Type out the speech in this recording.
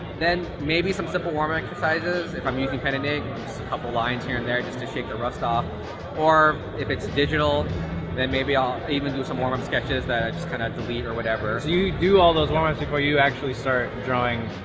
then maybe some simple warm-up exercises if i'm using pen and ink, couple lines here and there just to shake the rust off or if it's digital and then maybe i'll even do some warm-up sketches that i just kind of delete or whatever. so you do all those warm-ups before you actually start drawing?